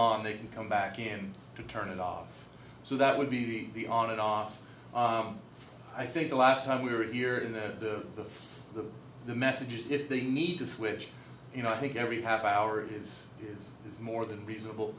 on they can come back again to turn it off so that would be to be on and off i think the last time we were here in the the messages if they need to switch you know i think every half hour is more than reasonable